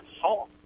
salt